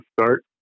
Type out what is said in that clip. start